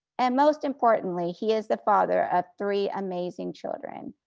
and most importantly, he is the father of three amazing children.